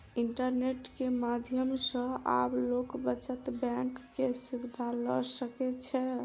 internet के माध्यम सॅ आब लोक बचत बैंक के सुविधा ल सकै छै